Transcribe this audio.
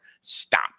stop